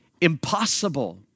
impossible